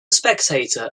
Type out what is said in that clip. spectator